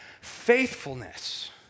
faithfulness